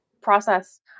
Process